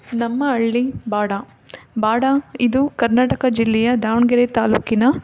ನಮ್ಮ ಹಳ್ಳಿ ಬಾಡ ಬಾಡ ಇದು ಕರ್ನಾಟಕ ಜಿಲ್ಲೆಯ ದಾವಣಗೆರೆ ತಾಲೂಕಿನ